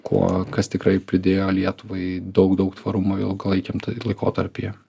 kuo kas tikrai pridėjo lietuvai daug daug tvarumo ilgalaikiam tai laikotarpyje